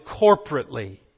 corporately